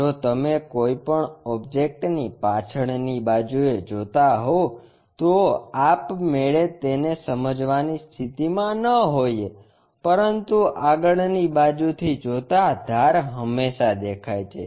જો તમે કોઈપણ ઓબ્જેક્ટની પાછળની બાજુએ જોતા હોવ તો અ આપણેમે તેને સમજવાની સ્થિતિમાં ન હોઈએ પરંતુ આગળની બાજુથી જોતા ધાર હંમેશાં દેખાય છે